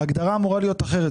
ההגדרה אמורה להיות אחרת.